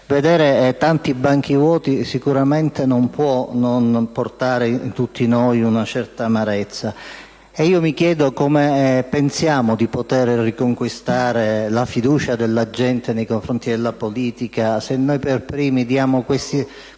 vedere tanti banchi vuoti sicuramente non può non creare in tutti noi una certa amarezza. Mi chiedo come pensiamo di poter riconquistare la fiducia della gente nei confronti della politica se per primi diamo questi